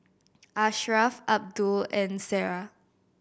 Ashraf Abdul and Sarah